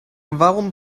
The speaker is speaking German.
warum